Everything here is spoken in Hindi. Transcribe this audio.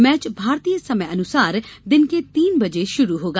मैच भारतीय समयानुसार दिन के तीन बजे शुरु होगा